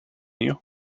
you